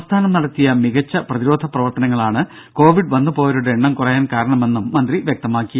സംസ്ഥാനം നടത്തിയ മികച്ച പ്രതിരോധ പ്രവർത്തനങ്ങളാണ് കൊവിഡ് വന്നുപോയവരുടെ എണ്ണം കുറയാൻ കാരണമെന്നും മന്ത്രി വ്യക്തമാക്കി